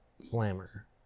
Slammer